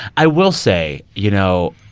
i will say, you know,